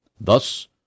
Thus